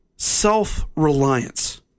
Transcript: Self-reliance